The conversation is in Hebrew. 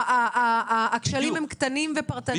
הכשלים הם קטנים ופרטניים?